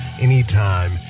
anytime